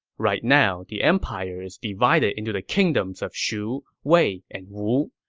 right now, the empire is divided into the kingdoms of shu, wei, and wu.